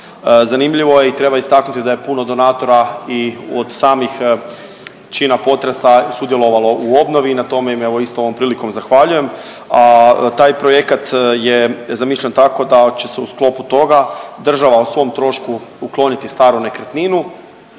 Zanimljivo je i treba istaknuti da je puno donatora i od samih čina potresa sudjelovalo u obnovu i na tome im isto, ovom prilikom zahvaljujem, a taj projekat je zamišljen tako da će se u sklopu toga država o svom trošku ukloniti staru nekretninu,